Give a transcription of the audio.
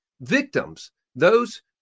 victims—those